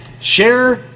share